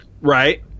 right